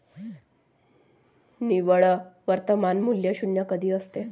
निव्वळ वर्तमान मूल्य शून्य कधी असते?